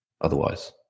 otherwise